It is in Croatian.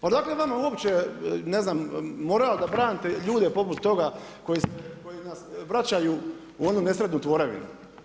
Pa odakle vama uopće ne znam moral da branite ljude poput toga koji nas vraćaju u onu nesretnu tvorevinu.